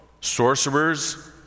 sorcerers